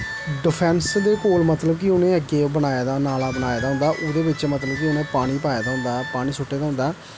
defence दे कोल मतलब कि उ'नें अग्गें ओह् बनाए दा ऐ ओह् नाला बनाए दा ओह्दे बिच्च ओह्दे बिच्च मतलब कि उ'नें पानी पाए दा होंदा पानी सुट्टे दा होंदा ऐ